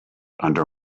under